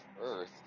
Earth